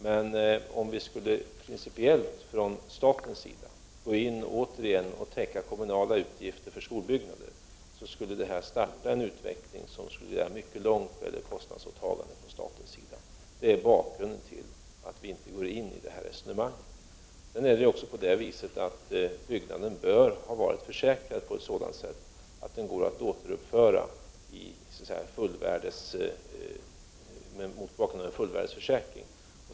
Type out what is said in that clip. Men om vi principiellt från statens sida skulle gå in och återigen täcka kommunala utgifter för skolbyggnader, skulle det starta en utveckling som skulle föra mycket långt när det gäller kostnadsåtaganden från statens sida. Det är bakgrunden till att vi inte går in i det här resonemanget. Vidare är det ju också så att byggnaden bör ha varit försäkrad på ett sådant sätt att den går att uppföra på ett sätt som motsvarar fullvärdesförsäkring.